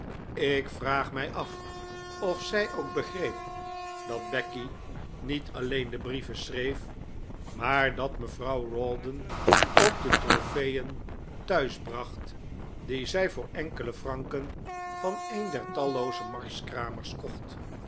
ik vraag mij af of zij ook begreep dat becky niet alleen de brieven schreef maar dat mevrouw rawdon ook de tropeeen thuis bracht die zij voor enkele franken van een der tallooze marskramers kocht